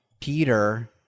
Peter